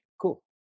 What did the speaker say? cool